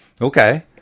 Okay